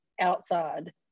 outside